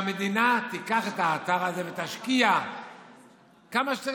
שהמדינה תיקח את האתר הזה ותשקיע כמה שצריך